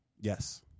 Yes